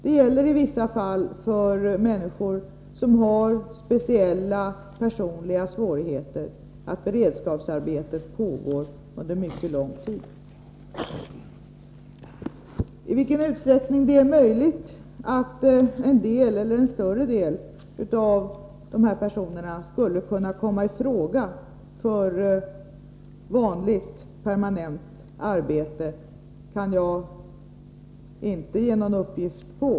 Det gäller i vissa fall för människor som har speciella personliga svårigheter, att beredskapsarbetet pågår under mycket lång tid. I vilken utsträckning det är möjligt att låta en större del av dessa personer kommai fråga för vanligt, permanent arbete kan jag inte ge någon uppgift på.